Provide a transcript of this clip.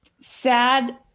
sad